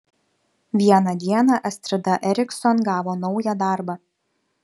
vieną dieną astrida ericsson gavo naują darbą